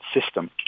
system